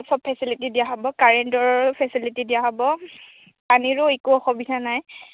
চব ফেচেলিটি দিয়া হ'ব কাৰেণ্টৰ ফেচেলিটি দিয়া হ'ব পানীৰো একো অসুবিধা নাই